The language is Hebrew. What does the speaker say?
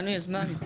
לנו יש זמן.